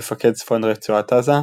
"מפקד צפון רצועת עזה",